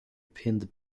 pinned